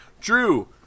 Drew